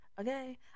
Okay